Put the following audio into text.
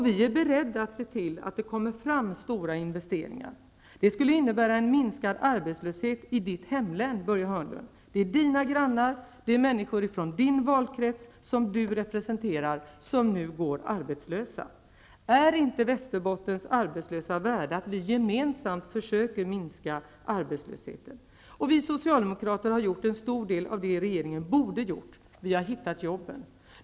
Vi är beredda att se till att det kommer fram stora investeringar. Det skulle innebära en minskad arbetslöshet i ert hemlän, Börje Hörnlund. Det är era grannar, det är människor från den valkrets som ni representerar, som nu går arbetslösa. Är inte Västerbottens arbetslösa värda att vi gemensamt försöker minska arbetslösheten? Vi socialdemokrater har gjort en stor del av det regeringen borde ha gjort -- vi har hittat jobben.